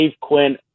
Quinn